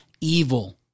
evil